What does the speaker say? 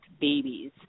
babies